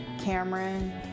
Cameron